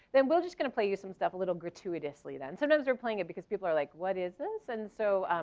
then we'll just going to play you some stuff a little gratuitously then, sometimes we're playing it because people are like what is this and so,